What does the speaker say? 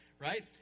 right